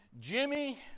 Jimmy